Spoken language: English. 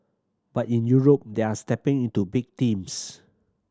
but in Europe they are stepping into big teams